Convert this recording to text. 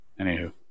Anywho